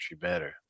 better